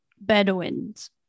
Bedouins